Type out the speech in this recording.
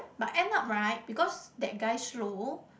but end up right because that guy slow